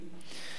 הוא מוסיף: